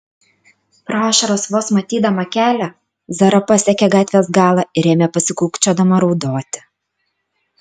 pro ašaras vos matydama kelią zara pasiekė gatvės galą ir ėmė pasikūkčiodama raudoti